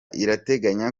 irateganya